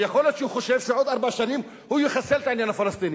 ויכול להיות שהוא חושב שבעוד ארבע שנים הוא יחסל את העניין הפלסטיני,